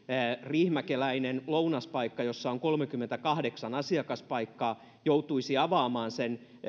riihimäkeläinen lounaspaikka jossa on kolmekymmentäkahdeksan asiakaspaikkaa joutuisi avaamaan sen